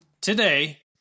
today